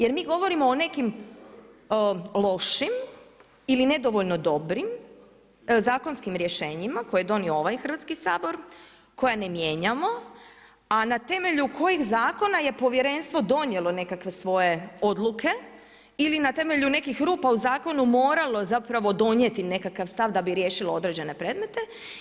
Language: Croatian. Jer mi govorimo o nekim lošim ili nedovoljno dobrim zakonskim rješenjima koje je donio ovaj Hrvatski sabor koja ne mijenjamo, a na temelju kojih zakona je povjerenstvo donijelo nekakve svoje odluke ili na temelju nekih rupa u zakonu moralo zapravo donijeti nekakav stav da bi riješilo određene predmete.